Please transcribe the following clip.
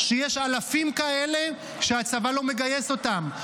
שיש אלפים כאלה שהצבא לא מגייס אותם,